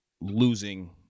losing